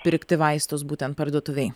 pirkti vaistus būtent parduotuvėj